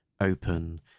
open